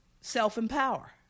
self-empower